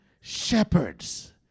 Shepherds